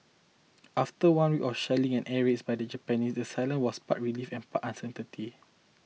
after one week of shelling and air raids by the Japanese the silence was part relief and part uncertainty